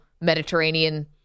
Mediterranean